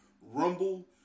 Rumble